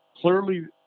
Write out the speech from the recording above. clearly